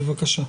בבקשה.